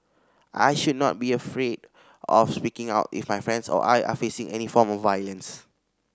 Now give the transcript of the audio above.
I should not be afraid of speaking out if my friends or I are facing any form of violence